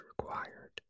required